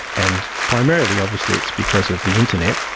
and primarily obviously it's because of the internet,